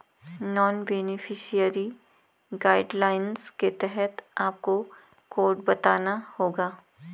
non beneficiary guidelines के तहत आपको कोड बताना होगा